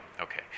Okay